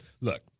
look